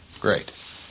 Great